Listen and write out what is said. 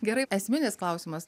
gerai esminis klausimas